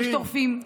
יש טורפים.